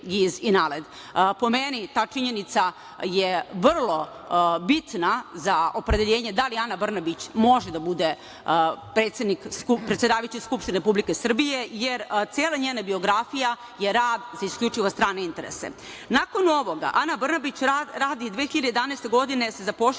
GIZ i NALED. Po meni ta činjenica je vrlo bitna za opredeljenje da li Ana Brnabić može da bude predsedavajući Skupštine Republike Srbije jer cela njena biografija je rad za isključivo strane interese. Nakon ovoga Ana Brnabić radi 2011. godine se zapošljava